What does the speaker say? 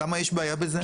למה יש בעיה בזה?